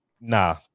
nah